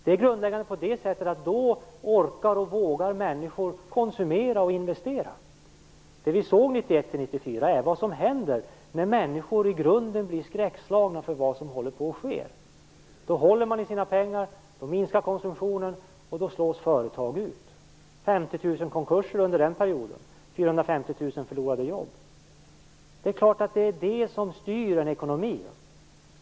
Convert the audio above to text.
Det är grundläggande på det sättet att då orkar och vågar människor konsumera och investera. Det vi såg 1991-1994 är vad som händer när människor i grunden blir skräckslagna för vad som håller på att ske. Då håller man i sina pengar, då minskar konsumtionen, och då slås företag ut. 50 000 konkurser var det under den perioden och 450 000 förlorade jobb. Det är det som styr en ekonomi.